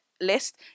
list